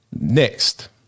next